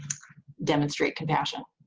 demonstrate compassion?